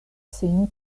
sin